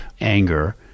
anger